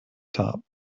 top